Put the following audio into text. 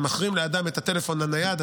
אתה מחרים לאדם את הטלפון הנייד,